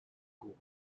gaul